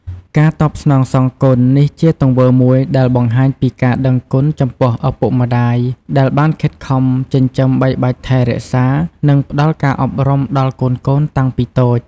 ការតបស្នងសងគុណ នេះជាទង្វើមួយដែលបង្ហាញពីការដឹងគុណចំពោះឪពុកម្ដាយដែលបានខិតខំចិញ្ចឹមបីបាច់ថែរក្សា និងផ្ដល់ការអប់រំដល់កូនៗតាំងពីតូច។